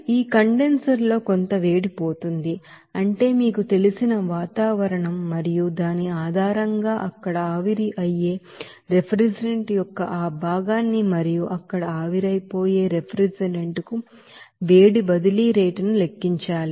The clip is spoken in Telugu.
ఈ కండెన్సర్ లో కొంత వేడి పోతుంది అంటే మీకు తెలిసిన వాతావరణం మరియు దాని ఆధారంగా అక్కడ ఆవిరి అయ్యే రిఫ్రిజిరెంట్ యొక్క ఆ భాగాన్ని మరియు అక్కడ ఆవిరైపోయే రిఫ్రిజిరెంట్ కు హీట్ ట్రాన్స్ఫర్ రేట్ ను లెక్కించాలి